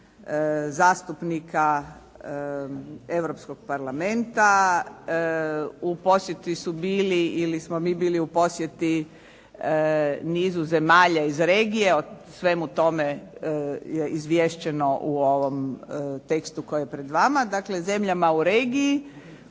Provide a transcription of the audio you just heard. zastupnika Europskog parlamenta. U posjeti su bili ili smo mi bili u posjeti nizu zemalja iz regije, o svemu tome je izvješćeno u ovom tekstu koji je pred vama, dakle zemljama u regiji